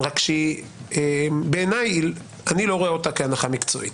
רק שאני לא רואה אותה כהנחה מקצועית.